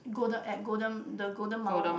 Golden at Golden the Golden Mile one